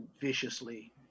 viciously